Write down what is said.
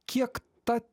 kiek ta